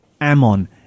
Ammon